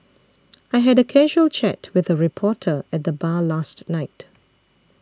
I had a casual chat with a reporter at the bar last night